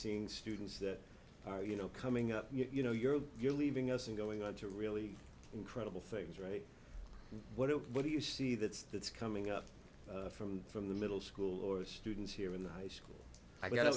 seeing students that are you know coming up you know you're you're leaving us and going on to really incredible things right what do you see that that's coming up from from the middle school or students here in the high school i got